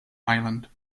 island